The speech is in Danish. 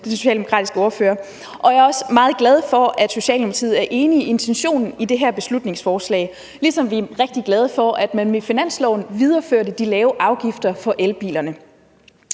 Bjerre. Kl. 14:14 Marie Bjerre (V): Jeg er meget glad for, at Socialdemokratiet er enige i intentionen i det her beslutningsforslag, ligesom vi er rigtig glade for, at man med finansloven videreførte de lave afgifter på elbilerne.